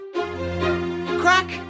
Crack